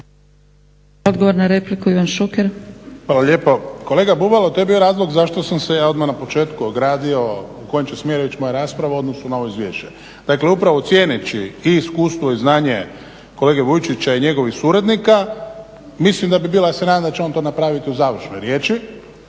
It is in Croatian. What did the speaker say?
Odgovor na repliku, Ivan Šuker. **Šuker, Ivan (HDZ)** Hvala lijepo. Kolega Bubalo, to je bio razlog zašto sam se ja odmah na početku ogradio u kojem će smjeru ići moja rasprava u odnosu na ovo izvješće. Dakle upravo cijeneći i iskustvo i znanje kolege Vujčića i njegovih suradnika mislim da bi bilo, ja se nadam da će on to napraviti u završnoj riječi,